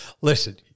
listen